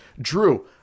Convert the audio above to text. Drew